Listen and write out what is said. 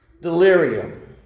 delirium